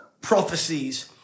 prophecies